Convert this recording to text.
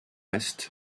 est